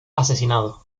asesinado